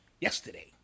yesterday